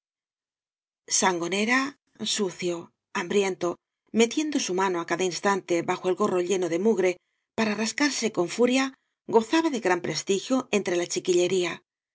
sangonera sucio hambriento metiendo su mano á cada instante bajo el gorro lleno de mugre para rascarse con furia gozaba de gran prestigio entre la chiquillería